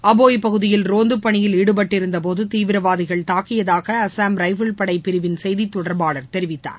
அபோய் பகுதியில் ரோந்து பணியில் ஈடுபட்டிருந்தபோது தீவிரவாதிகள் தாக்கியதாக அசாம் ரைபிள் படை பிரிவின் செய்தி தொடர்பாளர் தெரிவித்தார்